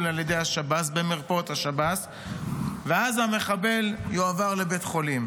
על ידי השב"ס במרפאות השב"ס ואז המחבל יועבר לבית החולים,